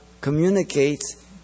communicates